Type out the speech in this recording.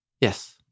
Yes